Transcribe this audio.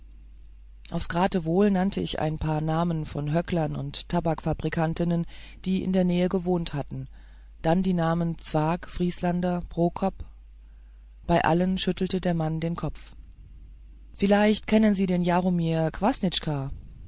aufs geratewohl nannte ich ein paar namen von höcklern und tabaktrafikantinnen die in der nähe gewohnt hatten dann die namen zwakh vrieslander prokop bei allen schüttelte der mann den kopf vielleicht kennen sie den jaromir